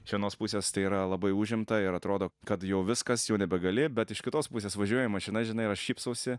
iš vienos pusės tai yra labai užimta ir atrodo kad jau viskas jau nebegali bet iš kitos pusės važiuoji mašina žinai o aš šypsausi